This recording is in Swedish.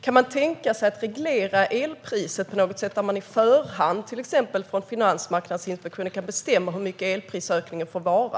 Kan man tänka sig att reglera elpriset på något sätt, så att man på förhand, till exempel från Energimarknadsinspektionen, kan bestämma hur stor elprisökningen får vara?